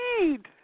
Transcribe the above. indeed